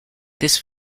this